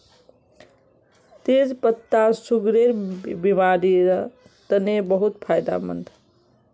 तेच पत्ता सुगरेर बिमारिर तने बहुत फायदामंद